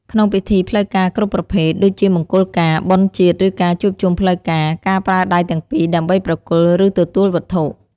ក្នុងពិធីផ្លូវការគ្រប់ប្រភេទ ដូចជាមង្គលការ បុណ្យជាតិ ឬការជួបជុំផ្លូវការ ការប្រើដៃទាំងពីរដើម្បីប្រគល់ ឬទទួលវត្ថុ។